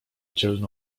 dzielny